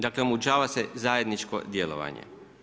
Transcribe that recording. Dakle, omogućava se zajedničko djelovanje.